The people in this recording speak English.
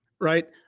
right